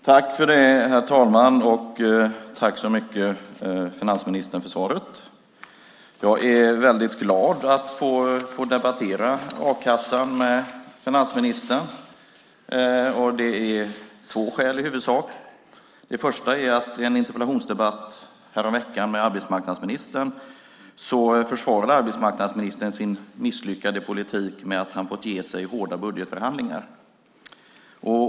Herr talman! Tack så mycket för svaret, finansministern! Jag är väldigt glad att få debattera a-kassan med finansministern. Det är i huvudsak två skäl till det. Det första är att i en interpellationsdebatt häromveckan med arbetsmarknadsministern försvarade han sin misslyckade politik med att han fått ge sig i hårda budgetförhandlingar.